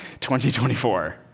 2024